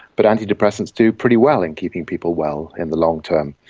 but antidepressants do pretty well in keeping people well in the long-term.